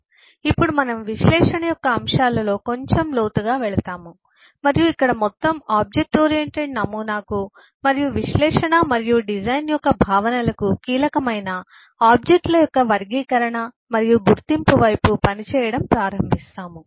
కాబట్టి ఇప్పుడు మనం విశ్లేషణ యొక్క అంశాలలో కొంచెం లోతుగా వెళ్తాము మరియు ఇక్కడ మొత్తం ఆబ్జెక్ట్ ఓరియెంటెడ్ నమూనాకు మరియు విశ్లేషణ మరియు డిజైన్ యొక్క భావనలకు కీలకమైన ఆబ్జెక్ట్ ల యొక్క వర్గీకరణ మరియు గుర్తింపు వైపు పనిచేయడం ప్రారంభిస్తాము